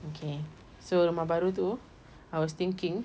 okay so rumah baru tu I was thinking